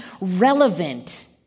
relevant